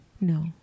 no